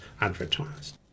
advertised